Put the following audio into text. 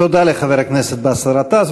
תודה לחבר הכנסת באסל גטאס.